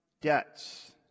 debts